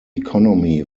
economy